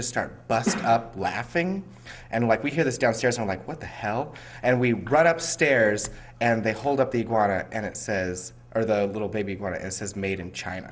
just start busting up laughing and like we hear this downstairs i'm like what the hell and we brought up stairs and they hold up the water and it says are the little baby but as has made in china